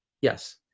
Yes